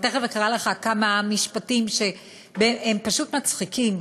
אני תכף אקרא לך כמה משפטים שהם פשוט מצחיקים.